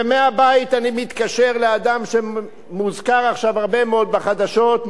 ומהבית אני מתקשר לאדם שמוזכר עכשיו הרבה מאוד בחדשות,